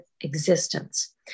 existence